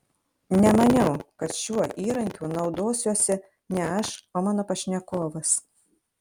nemaniau kad šiuo įrankiu naudosiuosi ne aš o mano pašnekovas